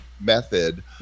method